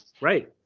Right